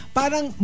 parang